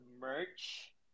merch